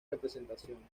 representación